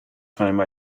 time